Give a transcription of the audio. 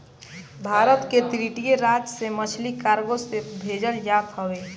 भारत के तटीय राज से मछरी कार्गो से भेजल जात हवे